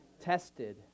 tested